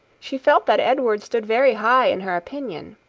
she felt that edward stood very high in her opinion.